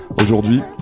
aujourd'hui